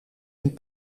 een